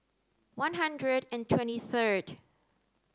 one hundred and twenty third